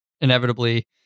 inevitably